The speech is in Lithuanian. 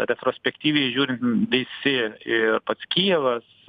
retrospektyviai žiūrint visi ir pats kijevas